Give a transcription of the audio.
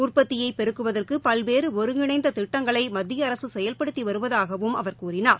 உற்பத்தியை பெருக்குவதற்கு பல்வேறு ஒருங்கிணைந்த திட்டங்களை மத்திய அரசு செயல்படுத்தி வருவதாகவும் அவர் கூறினார்